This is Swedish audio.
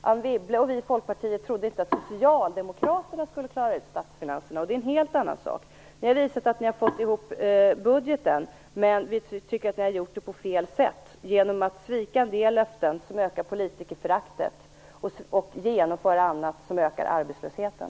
Anne Wibble och vi i Folkpartiet trodde inte att Socialdemokraterna skulle klara det, och det är en helt annan sak. Ni har visat att ni har fått ihop budgeten, men vi tycker att ni har gjort det på fel sätt genom att svika en del löften, vilket ökar politikerföraktet, och genomför annat som ökar arbetslösheten.